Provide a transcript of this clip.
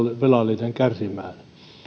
velallinen kärsimään